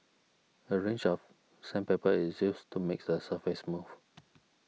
a range of sandpaper is used to make the surface smooth